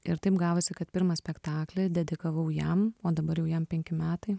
ir taip gavosi kad pirmą spektaklį dedikavau jam o dabar jau jam penki metai